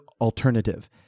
alternative